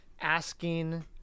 asking